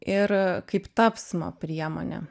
ir kaip tapsmo priemonė